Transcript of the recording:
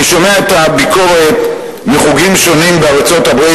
אני שומע את הביקורת על ישראל מחוגים שונים בארצות-הברית,